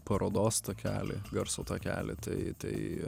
parodos takelį garso takelį tai tai